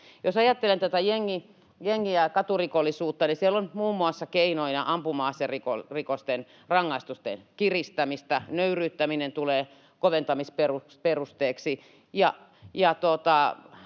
Jos ajattelen tätä jengi- ja katurikollisuutta, niin siellä on keinoina muun muassa ampuma-aserikosten rangaistusten kiristämistä, nöyryyttäminen tulee koventamisperusteeksi